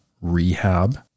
rehab